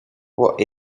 what